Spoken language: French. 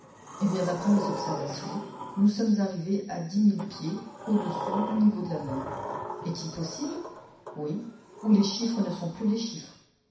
eh bien d'après mes observations nous sommes arrivés à dix mille pieds au-dessous du niveau de la mer est-il possible oui ou les chiffres ne sont plus les chiffres